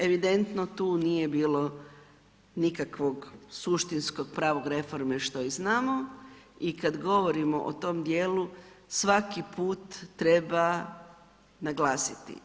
Evidentno tu nije bilo nikakvog suštinskog pravog reforme, što i znamo i kad govorimo o tom dijelu, svaki put treba naglasiti.